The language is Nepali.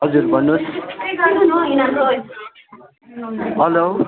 हजुर भन्नु होस् हेलो